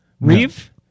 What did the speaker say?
Reeve